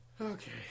Okay